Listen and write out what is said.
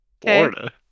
Florida